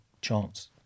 chance